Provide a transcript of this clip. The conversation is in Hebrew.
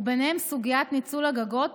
ובהם סוגיית ניצול הגגות,